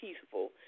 peaceful